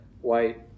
white